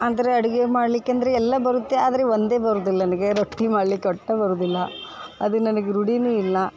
ಅಂದ್ರೆ ಅಡುಗೆ ಮಾಡ್ಲಿಕ್ಕೆ ಅಂದರೆ ಎಲ್ಲ ಬರುತ್ತೆ ಆದರೆ ಒಂದೇ ಬರುದಿಲ್ಲ ನನಗೆ ರೊಟ್ಟಿ ಮಾಡ್ಲಿಕ್ಕೆ ಒಟ್ಟು ಬರುವುದಿಲ್ಲ ಅದು ನನಗೆ ರೂಢಿಯೂ ಇಲ್ಲ